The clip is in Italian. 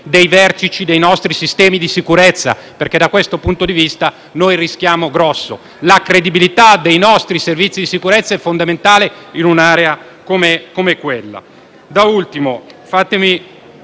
dei vertici dei nostri servizi di sicurezza perché da questo punto di vista noi rischiamo grosso. La credibilità dei nostri servizi di sicurezza è fondamentale in un'area come quella.